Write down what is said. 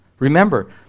Remember